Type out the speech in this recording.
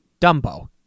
Dumbo